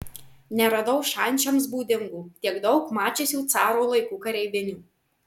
neradau šančiams būdingų tiek daug mačiusių caro laikų kareivinių